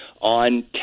on